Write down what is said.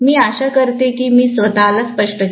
मी आशा करते की मी स्वतला स्पष्ट केले आहे